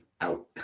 out